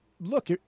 look